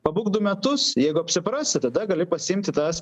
pabūk du metus jeigu apsiprasi tada gali pasiimti tas